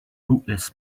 rootless